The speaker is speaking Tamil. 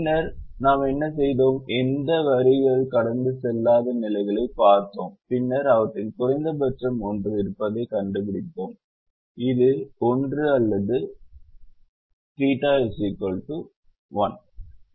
பின்னர் நாம் என்ன செய்தோம் எந்த வரிகளும் கடந்து செல்லாத நிலைகளைப் பார்த்தோம் பின்னர் அவற்றில் குறைந்தபட்சம் ஒன்று இருப்பதைக் கண்டுபிடித்தோம் இது ஒன்று அல்லது இது ஒன்று θ 1